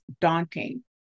daunting